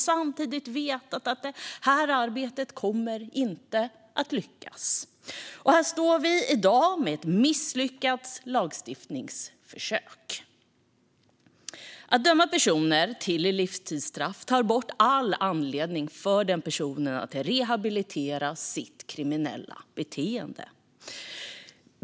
Samtidigt har man vetat att detta arbete inte kommer att lyckas. Och här står vi i dag med ett misslyckat lagstiftningsförsök. Att döma en person till livstidsstraff tar bort all anledning för den personen att rehabilitera sitt kriminella beteende.